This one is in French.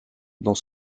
dans